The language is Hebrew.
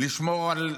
לשמור על אסירי,